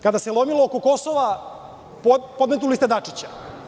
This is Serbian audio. Kada se lomilo oko Kosova, podmetnuli ste Dačića.